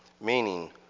meaning